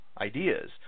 ideas